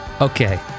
Okay